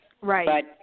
Right